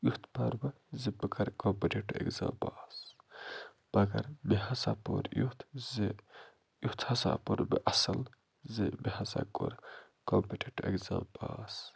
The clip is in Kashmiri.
یُتھ پَرٕ بہٕ زِ بہٕ کرٕ کَمپٕٹیٹِو اٮ۪کزام پاس مگر مےٚ ہسا پوٚر یُتھ زِ یُتھ ہسا پوٚر مےٚ اَصٕل زِ مےٚ ہسا کوٚر کَمپٕٹیٹِو اٮ۪کزام پاس